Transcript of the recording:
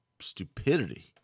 stupidity